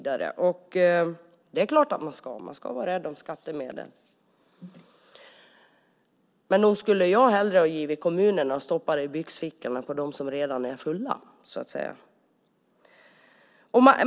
Det är klart att man ska vara rädd om skattemedel, men nog skulle jag hellre ha givit dem till kommunerna än stoppat dem i de byxfickor som redan är fulla.